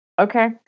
Okay